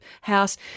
house